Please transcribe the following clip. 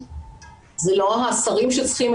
זה לא השרים שצריכים,